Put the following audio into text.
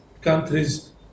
countries